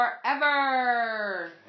forever